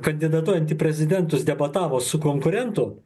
kandidatuojant į prezidentus debatavo su konkurentu